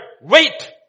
wait